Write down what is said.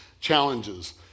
challenges